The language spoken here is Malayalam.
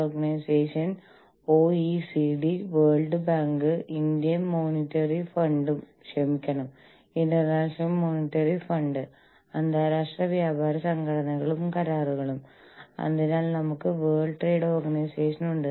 അന്തർദേശീയ ഹ്യൂമൻ റിസോഴ്സ് മാനേജ്മെന്റിനെക്കുറിച്ച് നമ്മൾ സംസാരിക്കുന്നത്തിനുമുൻപ് ഒന്നിലധികം രാജ്യങ്ങളിൽ ഒരു ബിസിനസ്സ് നടത്തുക എന്നതിന്റെ അർത്ഥമെന്താണെന്ന് നമ്മൾ അറിയേണ്ടതുണ്ട്